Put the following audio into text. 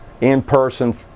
in-person